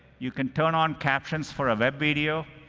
you can turn on captions for a web video,